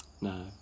No